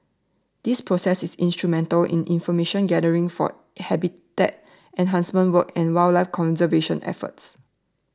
this process is instrumental in information gathering for habitat enhancement work and wildlife conservation efforts